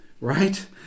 right